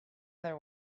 other